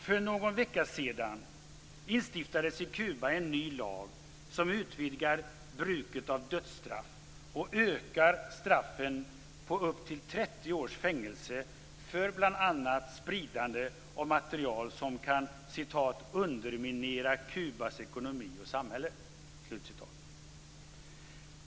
För någon vecka sedan instiftades i Kuba en ny lag som utvidgar bruket av dödsstraff och ökar straffen på upp till 30 års fängelse för bl.a. spridande av material som kan "underminera Kubas ekonomi och samhälle".